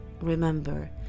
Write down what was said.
remember